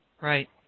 Right